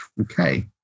Okay